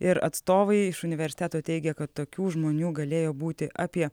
ir atstovai iš universiteto teigia kad tokių žmonių galėjo būti apie